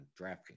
DraftKings